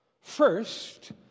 First